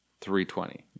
320